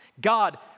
God